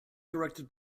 directed